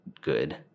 good